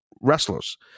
wrestlers